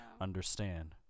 understand